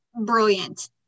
brilliant